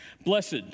Blessed